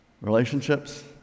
Relationships